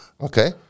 okay